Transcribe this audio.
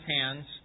hands